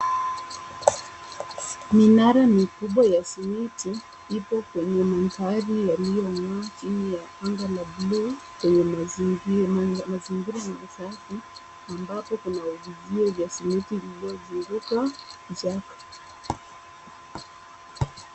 Minara mikubwa ya simiti ipo kwenye mandhari yaliyong'aa chini ya anga la bluu kwenye mazingi- ma- ma- mazingira masafi ambapo kuna vizio vya simiti vilivyozunguka kichaka.